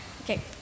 okay